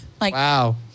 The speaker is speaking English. Wow